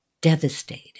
devastated